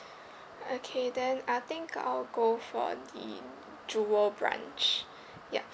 okay then I think I'll go for the jewel branch yup